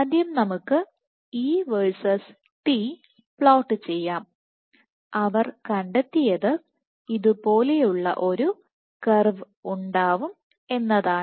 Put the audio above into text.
ആദ്യം നമുക്ക് E versus T plot ചെയ്യാം അവർ കണ്ടെത്തിയത് ഇതുപോലെയുള്ള ഒരു കർവ് ഉണ്ടാവും എന്നതാണ്